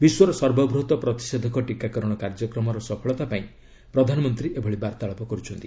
ବିଶ୍ୱର ସର୍ବବୃହତ ପ୍ରତିଷେଧକ ଟିକାକରଣ କାର୍ଯ୍ୟକ୍ରମର ସଫଳତା ପାଇଁ ପ୍ରଧାନମନ୍ତ୍ରୀ ଏଭଳି ବାର୍ତ୍ତାଳାପ କରୁଛନ୍ତି